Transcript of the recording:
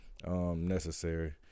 Necessary